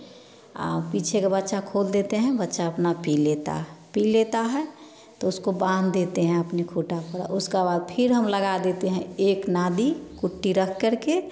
पीछे का बच्चा खोल देते हैं बच्चा अपना पी लेता है पी लेता है तो उसको बाँध देते हैं अपने खूँटा पर उसका बाद फिर हम लगा देते हैं एक नादी कुट्टी रख कर के